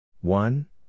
One